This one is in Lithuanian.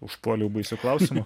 užpuoliau baisiu klausimu